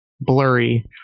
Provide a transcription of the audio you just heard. blurry